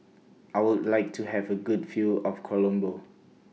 I Would like to Have A Good View of Colombo